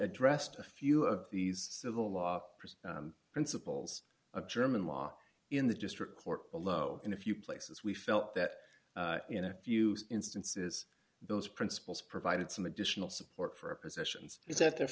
addressed a few of these civil law principles of german law in the district court below in a few places we felt that in a few instances those principles provided some additional support for a positions is that the